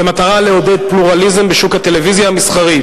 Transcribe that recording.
במטרה לעודד פלורליזם בשוק הטלוויזיה המסחרית